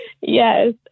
Yes